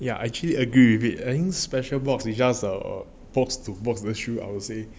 yeah actually agree with it any special box is just a box to box the shoe I would say